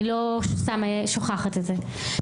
אני לא סתם שוכחת את זה.